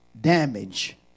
damage